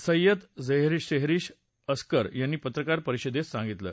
Said Sehrish Askar यांनी पत्रकार परिषदेत सांगितलं